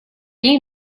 ней